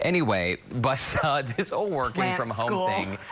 anyway, but this whole working from home thing